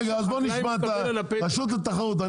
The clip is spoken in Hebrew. רגע בואו נשמע את רשות התחרות,